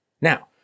Now